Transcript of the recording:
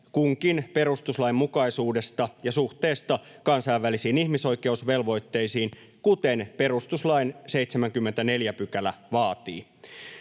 kunkin perustuslainmukaisuudesta ja suhteesta kansainvälisiin ihmisoikeusvelvoitteisiin, kuten perustuslain 74 § vaatii.